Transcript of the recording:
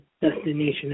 Destination